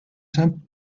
simple